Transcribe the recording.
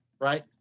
right